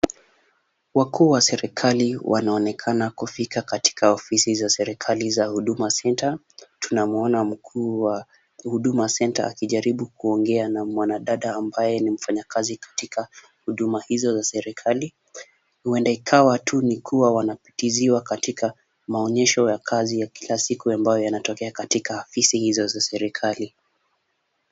Wakuu wa serikali wanaonekana kufika katika ofisi za serikali za huduma centre. Tunamuona mkuu wa huduma centre akijaribu kuongea na mwanadada ambaye ni mfanyakazi katika huduma hizo za serikali huenda ikawa tu ni kuwa wanapitiziwa katika maonyesho ya kazi ya kila siku ambayo yanatokea katika ofisi hizo za serikali.